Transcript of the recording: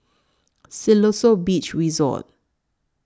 Siloso Beach Resort